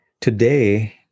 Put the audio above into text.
today